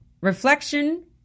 reflection